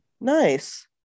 nice